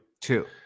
Two